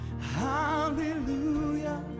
hallelujah